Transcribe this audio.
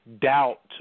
doubt